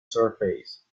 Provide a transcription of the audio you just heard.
surface